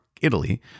Italy